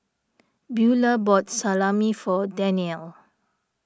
Beulah bought Salami for Danielle